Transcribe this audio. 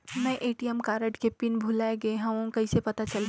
मैं ATM card के PIN भुलाए गे हववं कइसे पता चलही?